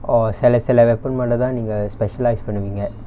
orh சில சில:sila sila weapon மட்டுதா நீங்க:mattutha neenga specialised பண்ணுவிங்க:pannuvinga